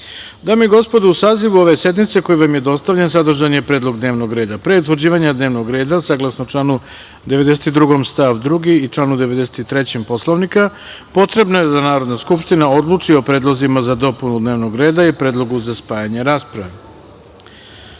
i gospodo, u Sazivu ove sednice koji vam je dostavljen, sadržan je predlog dnevnog reda. Pre utvrđivanja dnevnog reda, saglasno članu 92. stav 2. i članu 93. Poslovnika, potrebno je da Narodna skupština odluči o predlozima za dopunu dnevnog reda i predlogu za spajanje rasprave. Narodni